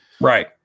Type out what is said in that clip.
right